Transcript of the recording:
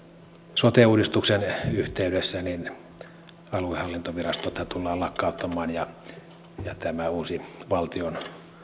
sote uudistuksen yhteydessä aluehallintovirastothan tullaan lakkauttamaan ja tämä uusi valtion